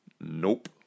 Nope